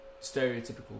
stereotypical